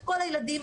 את כל הילדים.